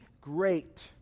great